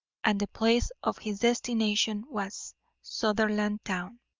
and the place of his destination was sutherlandtown.